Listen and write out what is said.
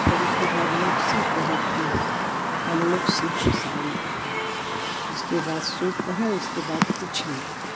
फिर उसके बाद मैक्सी पहनती है हम लोग सिर्फ साड़ी पहने हैं इसके बाद सूट पहने इसके बाद कुछ नहीं पहने